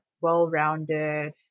well-rounded